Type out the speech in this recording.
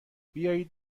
بیایید